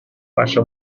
passa